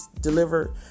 deliver